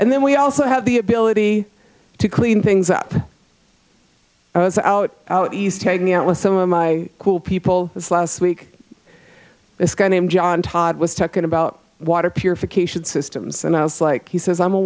and then we also have the ability to clean things up i was out out east hanging out with some of my cool people this last week this guy named john todd was talking about water purification systems and i was like he says i'm a